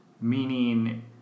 Meaning